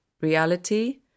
reality